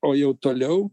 o jau toliau